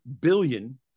billion